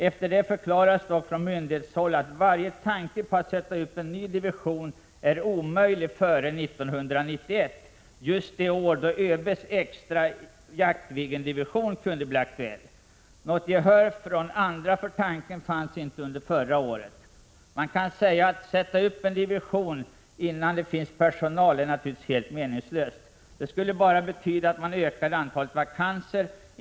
Efter detta förklarades dock från myndighetshåll att varje tanke på att sätta upp en ny division är omöjlig före 1991 — just det år då ÖB:s extra Jaktviggendivision kunde bli aktuell. Något gehör från andra för tanken fanns inte under förra året. Att sätta upp en division innan det finns personal är naturligtvis helt meningslöst. Det skulle bara betyda att man ökade antalet vakanser.